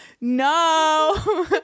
No